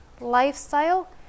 lifestyle